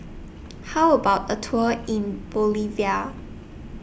How about A Tour in Bolivia